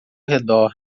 redor